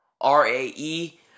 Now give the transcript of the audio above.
R-A-E